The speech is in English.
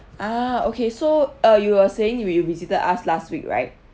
ah okay so uh you are saying you been visited us last week right